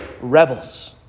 rebels